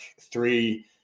three